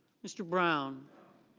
mr. brown.